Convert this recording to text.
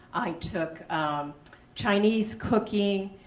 i took um chinese cooking,